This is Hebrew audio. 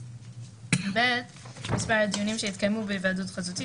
הדיווח,(ב) מספר הדיונים שהתקיימו בהיוועדות חזותית,